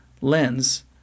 lens